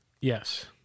Yes